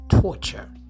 Torture